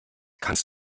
kannst